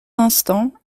instants